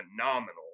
phenomenal